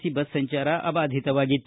C bus ಸಂಚಾರ ಅಬಾಧಿತವಾಗಿತ್ತು